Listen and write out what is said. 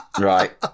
right